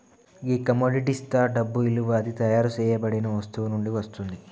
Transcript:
గీ కమొడిటిస్తా డబ్బు ఇలువ అది తయారు సేయబడిన వస్తువు నుండి వస్తుంది